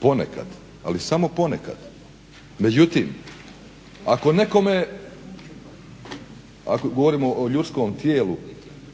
ponekad ali samo ponekad. Međutim, ako nekome govorim o ljudskom tijelu